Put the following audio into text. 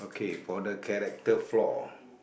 okay for the character flaw